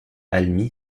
alby